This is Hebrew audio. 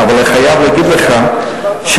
אבל אני חייב להגיד לך ש-420,